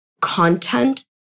content